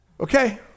Okay